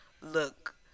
look